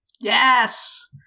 Yes